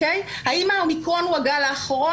האם האומיקרון הוא הגל האחרון?